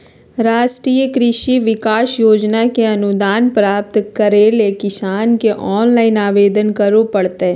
राष्ट्रीय कृषि विकास योजना के अनुदान प्राप्त करैले किसान के ऑनलाइन आवेदन करो परतय